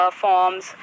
forms